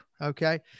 Okay